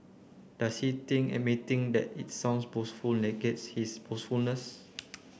does he think admitting that it sounds boastful negates his boastfulness